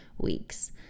weeks